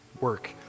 Work